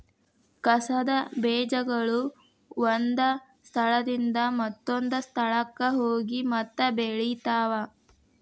ಕಸದ ಬೇಜಗಳು ಒಂದ ಸ್ಥಳದಿಂದ ಇನ್ನೊಂದ ಸ್ಥಳಕ್ಕ ಹೋಗಿ ಮತ್ತ ಬೆಳಿತಾವ